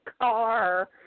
car